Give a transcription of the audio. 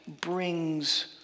brings